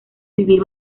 vivir